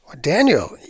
Daniel